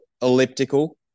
elliptical